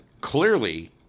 clearly